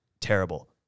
terrible